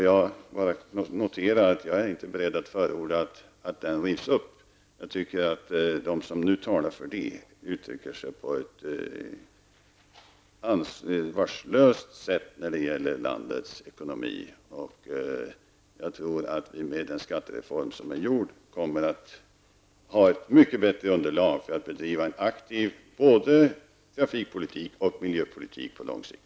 Jag säger bara att jag inte är beredd att förorda att den rivs upp. Jag tycker att de som nu talar för det uttrycker sig på ett ansvarslöst sätt när det gäller landets ekonomi. Jag tror att vi med den skattereform som har beslutats kommer att ha ett mycket bättre underlag för att bedriva både en aktiv trafikpolitik och en aktiv miljöpolitik på lång sikt.